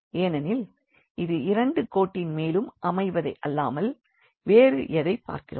ஏனெனில் இது இரண்டு கோட்டின் மேலும் அமைவதை அல்லாமல் வேறு எதைப் பார்க்கிறோம்